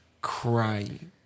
crying